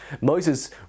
moses